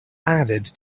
added